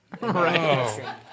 Right